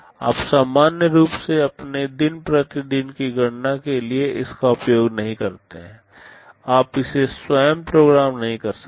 आप सामान्य रूप से अपने दिन प्रतिदिन की गणना के लिए इसका उपयोग नहीं करते हैं आप इसे स्वयं प्रोग्राम नहीं कर सकते